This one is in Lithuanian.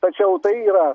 tačiau tai yra